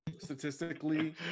Statistically